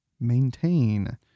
maintain